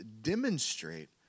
demonstrate